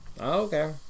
Okay